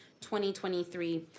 2023